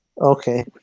Okay